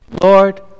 Lord